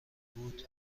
بود